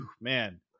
man